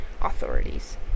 authorities